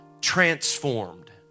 Transformed